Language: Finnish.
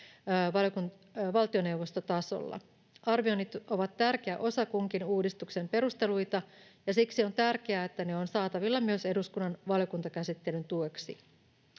valtioneuvostotasolla. Arvioinnit ovat tärkeä osa kunkin uudistuksen perusteluita, ja siksi on tärkeää, että ne ovat saatavilla myös eduskunnan valiokuntakäsittelyn tueksi.